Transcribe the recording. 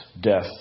death